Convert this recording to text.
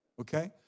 Okay